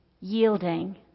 yielding